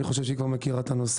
אני חושב שהיא כבר מכירה את הנושא.